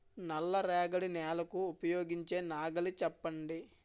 నల్ల రేగడి నెలకు ఉపయోగించే నాగలి చెప్పండి?